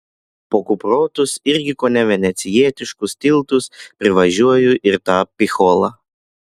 po kuprotus irgi kone venecijietiškus tiltus privažiuoju ir tą picholą